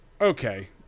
Okay